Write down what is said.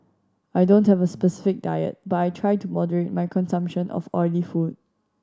I don't have a specific diet but I try to moderate my consumption of oily food